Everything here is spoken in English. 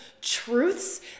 truths